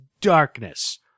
darkness